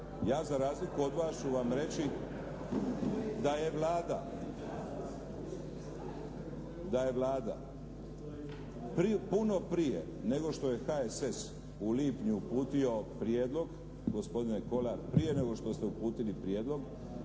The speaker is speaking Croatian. Ja za razliku od vas ću vam reći da je Vlada puno prije nego što je HSS u lipnju uputio prijedlog, gospodine Kolar prije nego što ste uputili prijedlog,